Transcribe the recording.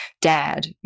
dad